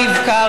רבקה,